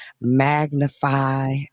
magnify